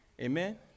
Amen